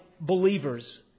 believers